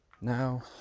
now